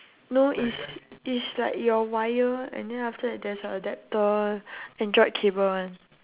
no it's it's like your wire and then after that there's a adapter android cable one